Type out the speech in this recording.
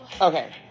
Okay